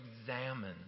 examine